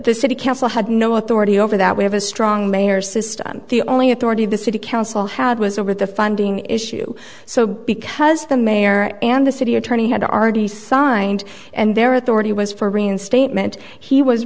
the city council had no authority over that we have a strong mayor system the only authority the city council had was over the funding issue so because the mayor and the city attorney had already signed and their authority was for reinstatement he was